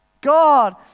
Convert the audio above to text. God